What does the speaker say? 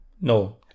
no